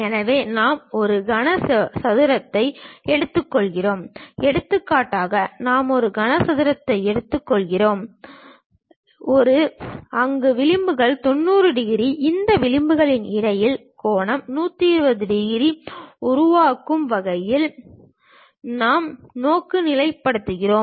எனவே நாம் ஒரு கனசதுரத்தை எடுத்துக்கொள்கிறோம் எடுத்துக்காட்டாக நாம் ஒரு கனசதுரத்தை எடுத்துக்கொள்கிறோம் அங்கு விளிம்புகள் 90 டிகிரி இந்த விளிம்புகளுக்கு இடையிலான கோணம் 120 டிகிரியை உருவாக்கும் வகையில் நாம் நோக்குநிலைப்படுத்துகிறோம்